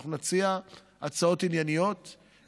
אנחנו נציע הצעות ענייניות,